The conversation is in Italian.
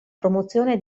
promozione